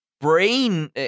brain